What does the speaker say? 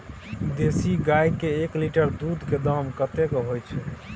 देसी गाय के एक लीटर दूध के दाम कतेक होय छै?